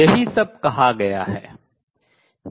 यही सब कहा गया है